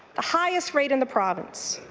the highest rate in the province.